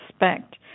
respect